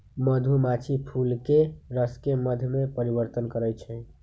मधुमाछी फूलके रसके मध में परिवर्तन करछइ